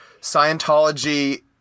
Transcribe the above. Scientology